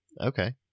Okay